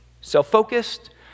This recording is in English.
self-focused